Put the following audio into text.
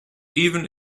even